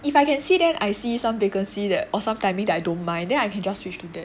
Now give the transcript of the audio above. if I can see then I see some vacancy that awesome timing that I don't mind then I can just switch to that